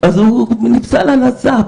אז הוא נפסל על הסף,